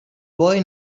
boy